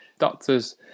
Doctors